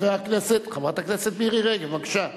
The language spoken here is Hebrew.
חברת הכנסת מירי רגב, בבקשה.